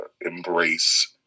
embrace